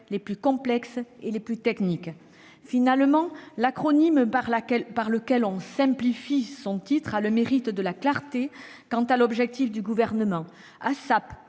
les plus complexes et les plus techniques. Finalement, l'acronyme par lequel on « simplifie » son titre présente le mérite de la clarté quant à l'objectif du Gouvernement